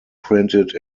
printed